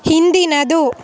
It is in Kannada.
ಹಿಂದಿನದು